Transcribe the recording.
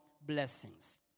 blessings